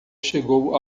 chegou